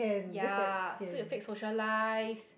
ya so you'll fake socialise